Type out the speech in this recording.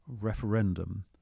referendum